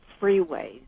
freeways